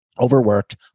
overworked